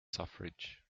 suffrage